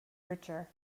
richer